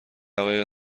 دقایق